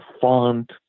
font